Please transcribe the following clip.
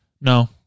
No